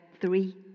Three